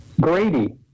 Grady